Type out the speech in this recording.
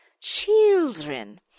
Children